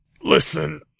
listen